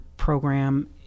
program